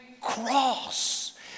cross